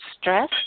stress